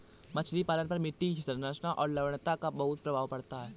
मछली पालन पर मिट्टी की संरचना और लवणता का बहुत प्रभाव पड़ता है